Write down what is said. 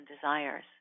desires